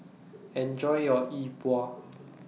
Enjoy your Yi Bua